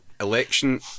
election